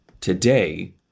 today